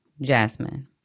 Jasmine